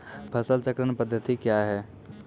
फसल चक्रण पद्धति क्या हैं?